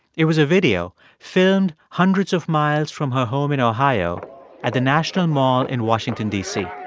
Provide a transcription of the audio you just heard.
it was a video filmed hundreds of miles from her home in ohio at the national mall in washington, d c